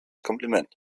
kompliment